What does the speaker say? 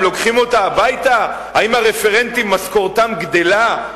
הם לוקחים אותה הביתה? האם הרפרנטים משכורתם גדלה?